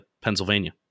Pennsylvania